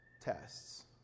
tests